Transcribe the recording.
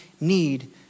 need